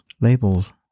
labels